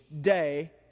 day